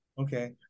Okay